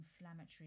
inflammatory